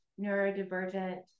neurodivergent